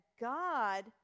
God